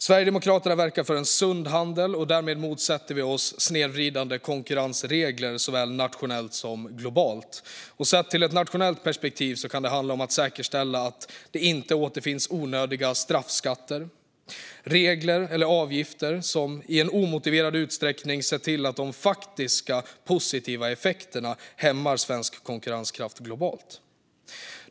Sverigedemokraterna verkar för sund handel. Därmed motsätter vi oss snedvridande konkurrensregler, såväl nationellt som globalt. I ett nationellt perspektiv kan det handla om att säkerställa att det inte finns onödiga straffskatter, regler eller avgifter som i omotiverad utsträckning sett till de faktiska positiva effekterna hämmar svensk konkurrenskraft globalt.